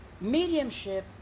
Mediumship